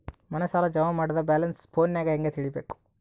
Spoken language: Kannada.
ಮನೆ ಸಾಲ ಜಮಾ ಮಾಡಿದ ಬ್ಯಾಲೆನ್ಸ್ ಫೋನಿನಾಗ ಹೆಂಗ ತಿಳೇಬೇಕು?